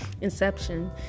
Inception